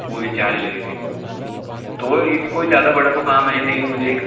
पूरे चार ही लगेंगे तो कोई ज़्यादा बड़ा तो काम है नहीं मुझे